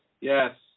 Yes